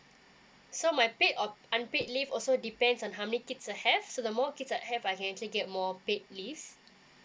so my paid or unpaid leave also depends on how many kids I have so the more kids that have I can actually get more paid leaves